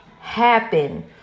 happen